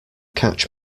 catch